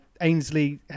Ainsley